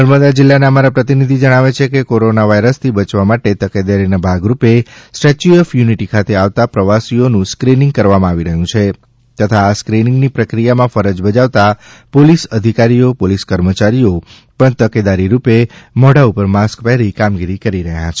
નર્મદા જિલ્લાના અમારા પ્રતિનિધિ જણાવે છે કે કોરોના વાયરસથી બચવા માટે તકેદારીના ભાગરૂપે સ્ટેચ્યુ ઓફ યુનિટી ખાતે આવતા પ્રવાસીઓનું સ્કીનીંગ કરવામાં આવી રહ્યું છે તથા આ સ્કીનીંગની પ્રક્રિયામાં ફરજ બજાવતા પોલીસ કર્મચારીઓ પણ તકેદારી રૂપે મોઢાં ઉપર માસ્ક પહેરી કામગીરી કરી રહ્યા છે